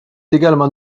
également